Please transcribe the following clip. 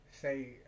say